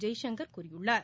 ஜெய்சங்கர் கூறியுள்ளார்